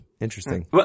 Interesting